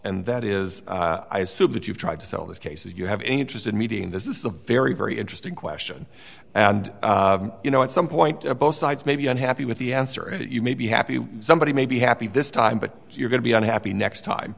and that is i assume that you've tried to sell this case you have any interest in meeting this is a very very interesting question and you know at some point both sides may be unhappy with the answer is that you may be happy somebody may be happy this time but you're going to be unhappy next time